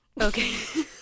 Okay